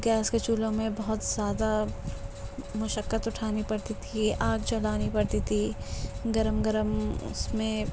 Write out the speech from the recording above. gas کے چولہوں میں بہت زیادہ مشقت اٹھانی پڑتی تھی آگ جلانی پڑتی تھی گرم گرم اس میں